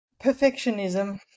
Perfectionism